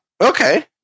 okay